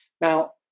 Now